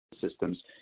systems